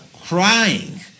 crying